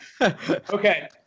okay